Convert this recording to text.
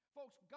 Folks